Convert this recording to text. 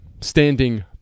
standing